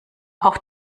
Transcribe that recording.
auch